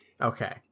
Okay